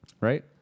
right